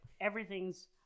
Everything's